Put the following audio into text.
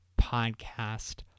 Podcast